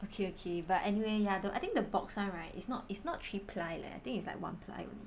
okay okay but anyway ya though I think the box [one] right it's not it's not three ply leh I think it's like one ply only